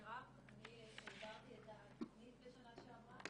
מירב, אני העברתי את התוכנית בשנה שעברה